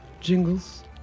Jingles